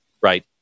right